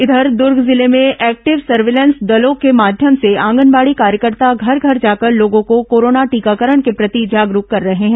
इधर दुर्ग जिले में एक्टिव सर्विलेंस दलों के माध्यम से आंगनबाड़ी कार्यकर्ता घर घर जाकर लोगों को कोरोना टीकाकरण के प्रति जागरूक कर रहे हैं